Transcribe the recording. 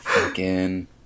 again